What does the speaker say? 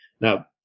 Now